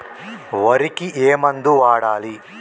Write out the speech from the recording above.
వరికి ఏ మందు వాడాలి?